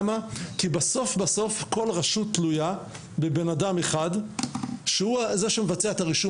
לכן, בחרה הוועדה לשים כרגע במוקד את נושא הרישום